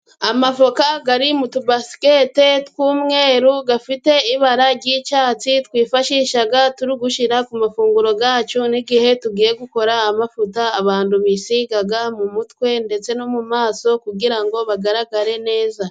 Amavoka ari mu tubasikete tw'umweru afite ibara ry'icyatsi, twifashisha turi gushyira ku mafunguro yacu, n'igihe tugiye gukora amavuta abantu bisiga mu mutwe ndetse no mu maso, kugira ngo bagaragare neza.